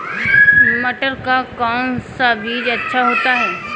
मटर का कौन सा बीज अच्छा होता हैं?